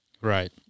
Right